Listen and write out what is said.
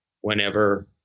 whenever